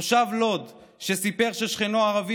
תושב לוד שסיפר ששכנו הערבי,